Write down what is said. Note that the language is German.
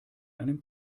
einem